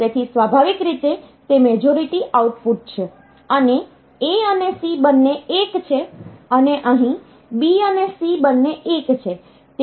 તેથી સ્વાભાવિક રીતે તે મેજોરીટી આઉટપુટ છે અને A અને C બંને 1 છે અને અહીં B અને C બંને 1 છે